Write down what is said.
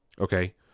Okay